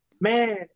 Man